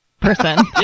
person